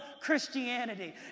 Christianity